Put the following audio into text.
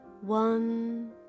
one